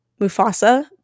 Mufasa